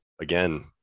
again